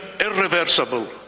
irreversible